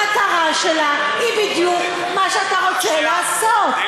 המטרה שלה היא בדיוק מה שאתה רוצה לעשות,